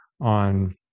on